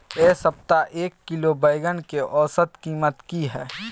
ऐ सप्ताह एक किलोग्राम बैंगन के औसत कीमत कि हय?